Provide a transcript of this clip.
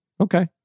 Okay